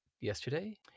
yesterday